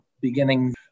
beginning